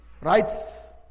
rights